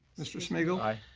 mr. smigiel. aye.